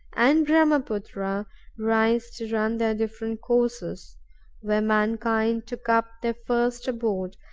and brahmapootra rise to run their different courses where mankind took up their first abode,